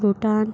Bhutan